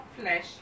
flesh